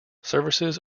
services